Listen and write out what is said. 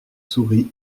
souris